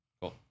Cool